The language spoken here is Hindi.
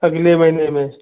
अगले महीने में